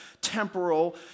temporal